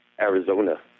Arizona